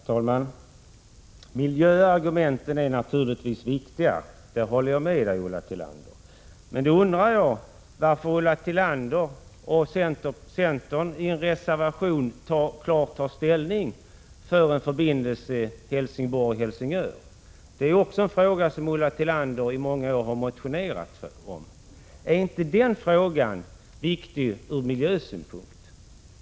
Herr talman! Jag håller med Ulla Tillander om att miljöargumenten naturligtvis är viktiga. Men jag undrar varför Ulla Tillander och centern i en reservation tar klar ställning för en förbindelse mellan Helsingborg och Helsingör. Det är också en fråga som Ulla Tillander i många år har motionerat om. Är inte den frågan viktig ur miljösynpunkt?